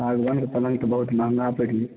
सागवानके पलङ्ग तऽ बहुत महॅंगा पैरि जेतै